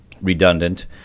redundant